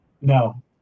No